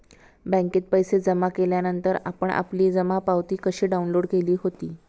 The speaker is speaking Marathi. बँकेत पैसे जमा केल्यानंतर आपण आपली जमा पावती कशी डाउनलोड केली होती?